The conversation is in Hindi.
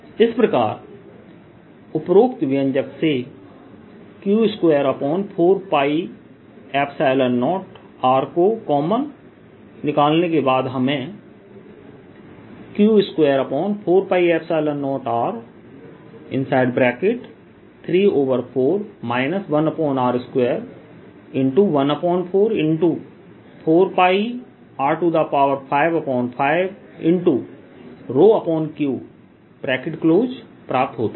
इस प्रकार उपरोक्त व्यंजक से Q24π0R को कॉमन निकालने के बाद हमें Q24π0R 34 1R2144πR55Q प्राप्त होता है